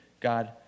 God